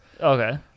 Okay